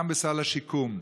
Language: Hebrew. גם בסל השיקום.